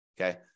Okay